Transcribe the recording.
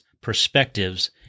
perspectives